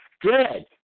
good